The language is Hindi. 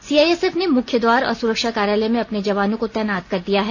सीआइएसएफ ने मुख्य द्वार और सुरक्षा कार्यालय में अपने जवानों को तैनात कर दिया है